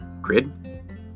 grid